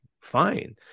fine